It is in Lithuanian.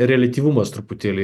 reliatyvumas truputėlį